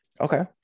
Okay